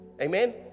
amen